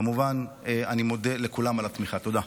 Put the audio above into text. כמובן, אני מודה לכולם על התמיכה, תודה.